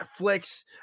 Netflix